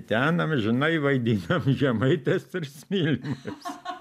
ten amžinai vaidinam žemaitės tris mylimas